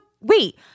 wait